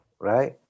right